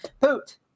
Poot